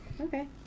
Okay